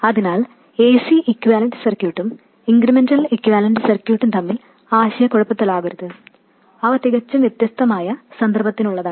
അതിനാൽ ac equivalent സർക്യൂട്ടും incremental equivalent സർക്യൂട്ടും തമ്മിൽ ആശയക്കുഴപ്പത്തിലാകരുത് അവ തികച്ചും വ്യത്യസ്തമായ സന്ദർഭത്തിനുള്ളതാണ്